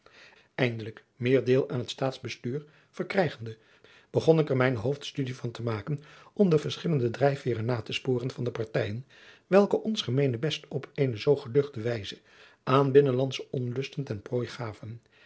eindelijk meer deel aan het staatsbestuur verkrijgende begon ik er mijne hoofdstudie van te maken om de verschillende drijfveeren na te sporen van de partijen welke ons gemeenebest op eene zoo geduchte wijze aan binnenlandsche onlusten ten prooi gaven